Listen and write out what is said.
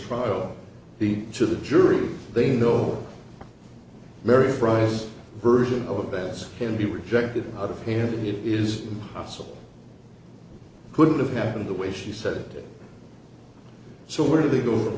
trial the to the jury they know mary fries version of events can be rejected out of hand it is impossible couldn't have happened the way she said so where do they go